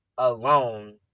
alone